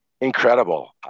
Incredible